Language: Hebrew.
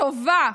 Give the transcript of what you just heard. טובה.